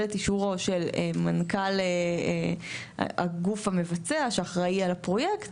את אישורו של מנכ״ל הגוף המבצע שאחראי על הפרויקט,